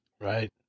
Right